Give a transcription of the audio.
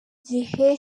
gihe